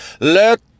Let